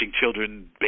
children